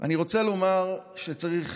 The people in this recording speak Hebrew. צריך